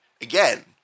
again